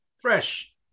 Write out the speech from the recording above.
Fresh